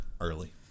early